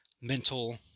mental